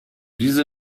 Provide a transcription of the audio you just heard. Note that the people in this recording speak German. diese